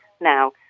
now